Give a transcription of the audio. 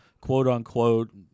quote-unquote